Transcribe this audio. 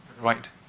right